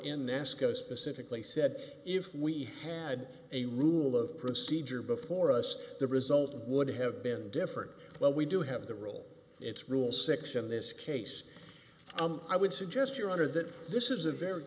nasco specifically said if we had a rule of procedure before us the result would have been different but we do have the rule it's rule six in this case i would suggest your honor that this is a very